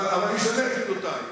אבל אני אשנה את מידותי.